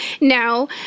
no